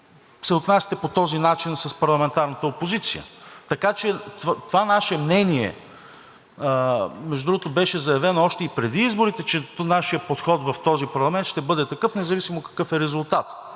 се отнасяте по този начин с парламентарната опозиция, така че това наше мнение, между другото, беше заявено още и преди изборите, че нашият подход в този парламент ще бъде такъв, независимо какъв е резултатът.